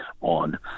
on